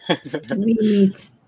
Sweet